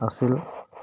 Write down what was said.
আছিল